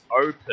open